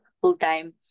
full-time